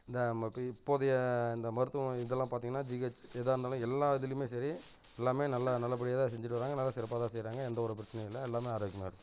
இந்த இப்போதைய இந்த மருத்துவம் இதெல்லாம் பார்த்திங்கனா ஜிஹெச் எதாக இருந்தாலும் எல்லா இதுலேயுமே சரி எல்லாம் நல்ல நல்லபடியாக தான் செஞ்சுட்டு வர்றாங்க நல்ல சிறப்பாக தான் செய்கிறாங்க எந்த ஒரு பிரச்சனையும் இல்லை எல்லாம் ஆரோக்கியமாக இருக்கு